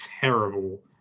terrible